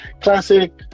classic